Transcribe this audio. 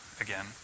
again